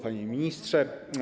Panie Ministrze!